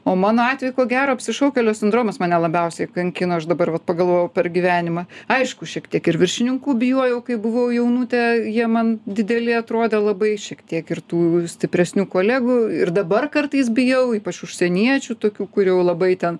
o mano atveju ko gero apsišaukėlio sindromas mane labiausiai kankino aš dabar vat pagalvojau per gyvenimą aišku šiek tiek ir viršininkų bijojau kai buvau jaunutė jie man dideli atrodė labai šiek tiek ir tų stipresnių kolegų ir dabar kartais bijau ypač užsieniečių tokių kur jau labai ten